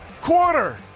quarter